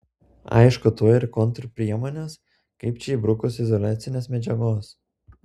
aišku tuoj ir kontrpriemonės kaip čia įbrukus izoliacinės medžiagos